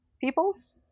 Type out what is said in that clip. peoples